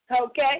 okay